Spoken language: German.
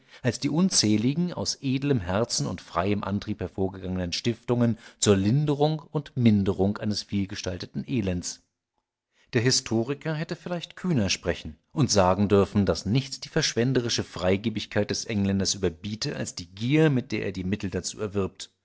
als die unzähligen aus edlem herzen und freiem antrieb hervorgegangenen stiftungen zur linderung und minderung eines vielgestalteten elends der historiker hätte vielleicht kühner sprechen und sagen dürfen daß nichts die verschwenderische freigebigkeit des engländers überbiete als die gier mit der er die mittel dazu erwirbt